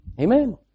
Amen